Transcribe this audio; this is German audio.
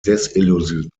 desillusioniert